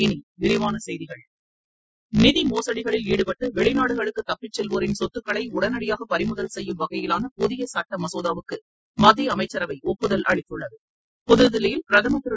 இனி விரிவான செய்திகள் நிதிமோசடிகளில் ஈடுபட்டு வெளிநாடுகளுக்கு தப்பிச் செல்வோரின் சொத்துக்களை உடனடியாக பறிமுதல் செய்யும் வகையிலான புதிய சுட்ட மசோதாவுக்கு மத்திய அமைச்சரவை ஒப்புதல் அளித்துள்ளது புதுதில்லியில் பிரதமர் திரு